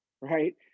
right